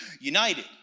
united